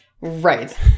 Right